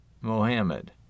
Mohammed